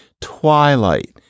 Twilight